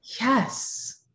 Yes